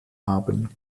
haben